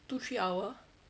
two three hour